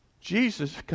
Jesus